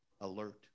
alert